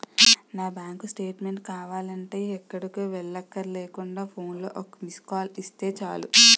నా bank statement కావాలంటే ఎక్కడికో వెళ్ళక్కర్లేకుండా ఫోన్లో ఒక్క మిస్కాల్ ఇస్తే చాలు